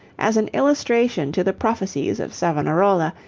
as an illustration to the prophecies of savonarola,